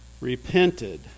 repented